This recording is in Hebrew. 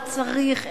לא צריך,